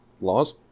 Laws